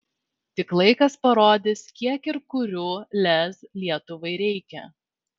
tik laikas parodys kiek ir kurių lez lietuvai reikia